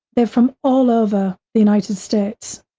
they're from all over the united states.